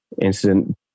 incident